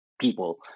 people